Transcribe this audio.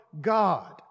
God